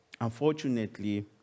Unfortunately